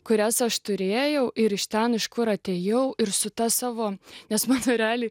kurias aš turėjau ir iš ten iš kur atėjau ir su ta savo nes man realiai